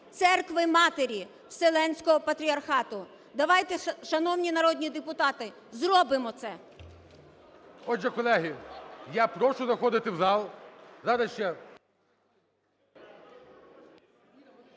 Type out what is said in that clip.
Церкви-матері Вселенського Патріархату. Давайте, шановні народні депутати, зробимо це. ГОЛОВУЮЧИЙ. Отже, колеги, я прошу заходити в зал. Зараз ще…